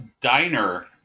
diner